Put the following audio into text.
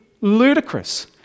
ludicrous